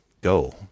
go